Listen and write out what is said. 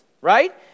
right